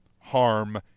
harm